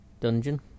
Dungeon